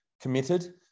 committed